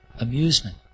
amusement